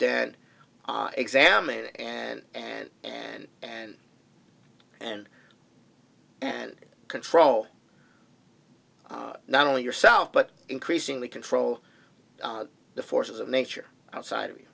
dad examine and and and and and and control not only yourself but increasingly control the forces of nature outside